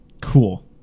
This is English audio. Cool